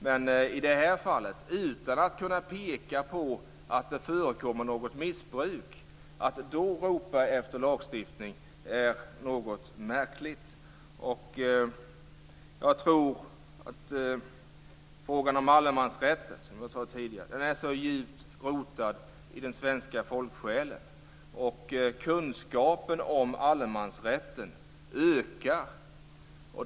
Men i det här fallet, utan att kunna peka på att det förekommer något missbruk, ropas det efter lagstiftning. Det är något märkligt. Som jag sade tidigare tror jag att frågan om allemansrätten är djupt rotad i den svenska folksjälen, och kunskapen om allemansrätten ökar.